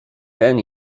ten